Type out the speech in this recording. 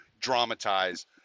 dramatize